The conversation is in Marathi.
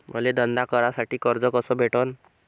मले धंदा करासाठी कर्ज कस भेटन?